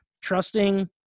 trusting